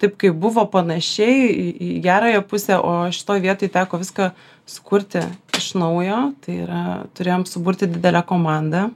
taip kaip buvo panašiai į į gerąją pusę o šitoj vietoj teko viską sukurti iš naujo tai yra turėjom suburti didelę komandą